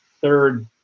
third